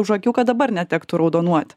už akių kad dabar netektų raudonuot